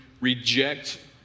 reject